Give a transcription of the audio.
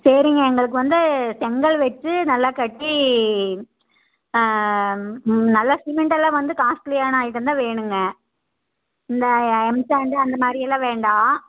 சரிங்க எங்களுக்கு வந்து செங்கல் வச்சு நல்லா கட்டி ஆ நல்லா சிமெண்ட்டெல்லாம் வந்து காஸ்ட்லியான ஐட்டம் தான் வேணுங்க இந்த எம்சேண்டு அந்தமாதிரியெல்லாம் வேண்டாம்